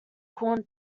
corn